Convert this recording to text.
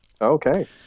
Okay